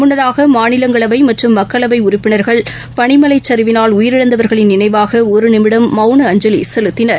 முன்னதாகமாநிலங்களவைமற்றும் மக்களவைஉறுப்பினர்கள் பனிமலைச்சரிவினால் உயிரிழந்தவர்களின் நினைவாகஒருநிமிடம் மௌன அஞ்சலிசெலுத்தினர்